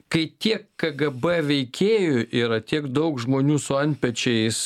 kai tiek kgb veikėjų yra tiek daug žmonių su antpečiais